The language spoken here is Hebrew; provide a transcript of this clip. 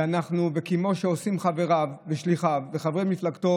כמו שעושים חברים ושליחיו וחברי מפלגתו